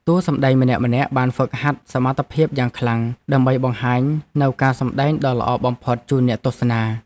តួសម្តែងម្នាក់ៗបានហ្វឹកហាត់សមត្ថភាពយ៉ាងខ្លាំង ដើម្បីបង្ហាញនូវការសម្តែងដ៏ល្អបំផុតជូនអ្នកទស្សនា។